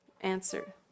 Answer